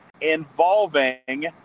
involving